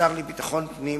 השר לביטחון פנים